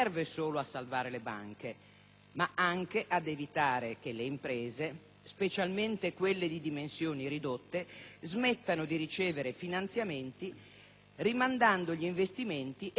ma anche ad evitare che le imprese, specialmente quelle di dimensioni ridotte, smettano di ricevere i finanziamenti, rimandando gli investimenti e licenziando personale.